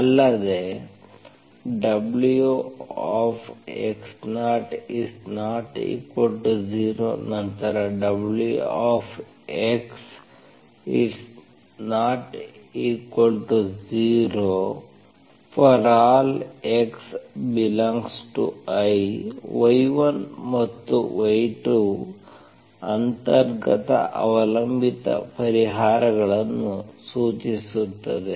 ಅಲ್ಲದೆ Wx0≠0 ನಂತರ Wx≠0∀ x∈I y1ಮತ್ತು y2 ಅಂತರ್ಗತ ಅವಲಂಬಿತ ಪರಿಹಾರಗಳನ್ನು ಸೂಚಿಸುತ್ತದೆ